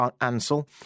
Ansel